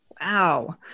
Wow